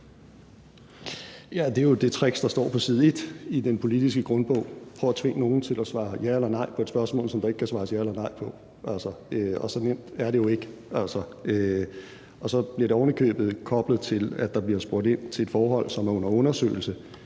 Det er jo det trick, der står på side 1 den politiske grundbog: Prøv at tvinge nogen til at svare ja eller nej på et spørgsmål, som der ikke kan svares ja eller nej på. Og så nemt er det jo ikke, og så bliver det ovenikøbet koblet til, at der bliver spurgt ind til et forhold, som er under undersøgelse